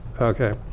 Okay